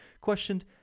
questioned